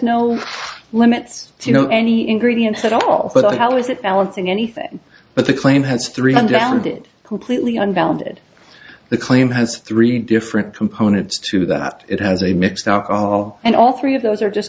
no limits do you know any ingredients at all but how is it balancing anything but the claim has three hundred lb it completely unfounded the claim has three different components to that it has a mix alcohol and all three of those are just